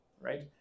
right